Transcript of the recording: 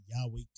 Yahweh